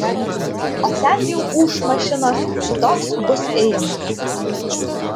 o ten jau ūš mašinos kitoks bus ėjimas